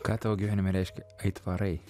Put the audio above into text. ką tau gyvenime reiškia aitvarai